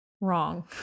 wrong